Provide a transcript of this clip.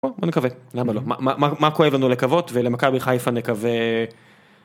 בוא נקווה למה לא מה מה מה כואב לנו לקוות ולמכבי חיפה נקווה..